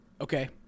okay